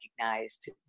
recognized